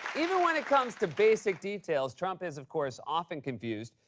even when it comes to basic details, trump is, of course, often confused.